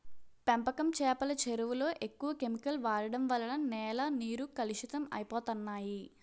పెంపకం చేపల చెరువులలో ఎక్కువ కెమికల్ వాడడం వలన నేల నీరు కలుషితం అయిపోతన్నాయి